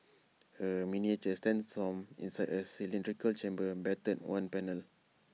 A miniature sandstorm inside A cylindrical chamber battered one panel